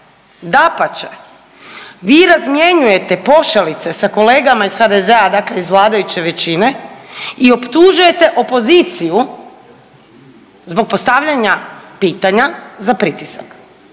dapače vi razmjenjujete pošalice sa kolegama iz HDZ-a dakle iz vladajuće većine i optužujete opoziciju zbog postavljanja pitanja za pritisak.